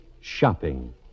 shopping